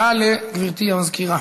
הודעה לגברתי המזכירה.